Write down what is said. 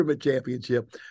championship